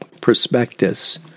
prospectus